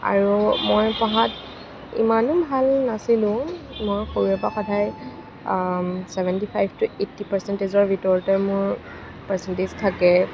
আৰু মই পঢ়াত ইমানো ভাল নাছিলোঁ মই সৰুৰে পৰা সদায় চেভেণ্টি ফাইভ টু এইটটি পাৰচেণ্টেজৰ ভিতৰতে মোৰ পাৰচেণ্টেজ থাকে